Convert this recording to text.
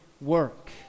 work